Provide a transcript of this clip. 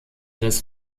des